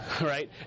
right